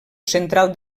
central